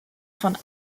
von